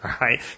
right